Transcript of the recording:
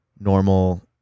normal